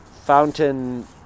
fountain